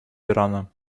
ирана